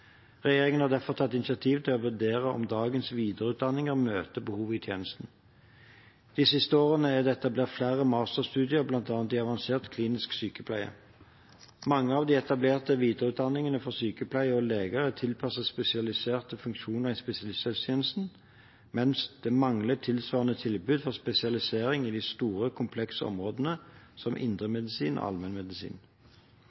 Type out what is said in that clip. Regjeringen har derfor tatt initiativ til å vurdere om dagens videreutdanninger møter behovet i tjenesten. De siste årene er det etablert flere masterstudier, bl.a. i avansert klinisk sykepleie. Mange av de etablerte videreutdanningene for sykepleiere og leger er tilpasset spesialiserte funksjoner i spesialisthelsetjenesten, mens det mangler tilsvarende tilbud for spesialisering i de store, komplekse områdene som